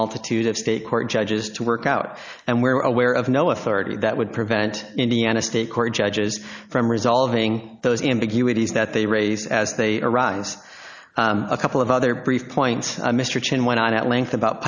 multitude of state court judges to work out and we were aware of no authority that would prevent indiana state court judges from resolving those ambiguities that they raise as they arise a couple of other brief point mr chin went on at length about